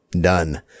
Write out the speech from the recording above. Done